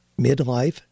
midlife